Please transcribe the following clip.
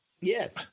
Yes